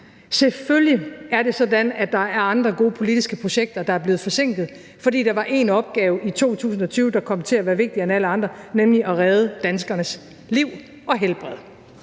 Selvfølgelig er det sådan, at der er andre gode politiske projekter, der er blevet forsinket, fordi der var én opgave i 2020, der kom til at være vigtigere end alle andre, nemlig at redde danskernes liv og helbred.